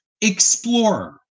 explorer